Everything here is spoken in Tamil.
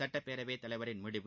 சுட்டப்பேரவைத்தலைவரின் முடிவு